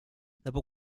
dopo